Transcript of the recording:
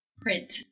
Print